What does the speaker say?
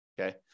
okay